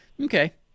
Okay